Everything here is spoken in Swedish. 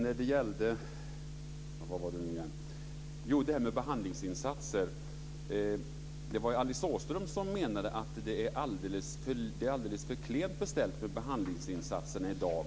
Fru talman! Alice Åström menade att det är alldeles för klent beställt med behandlingsinsatserna i dag.